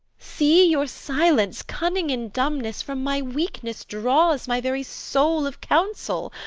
see, your silence, cunning in dumbness, from my weakness draws my very soul of counsel.